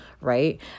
right